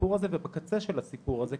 הסיפור הזה ובקצה של הסיפור הזה,